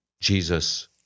Jesus